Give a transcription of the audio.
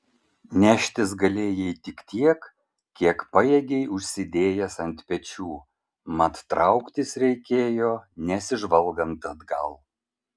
neštis galėjai tik tiek kiek pajėgei užsidėjęs ant pečių mat trauktis reikėjo nesižvalgant atgal